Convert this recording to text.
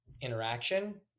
interaction